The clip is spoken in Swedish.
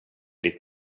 ditt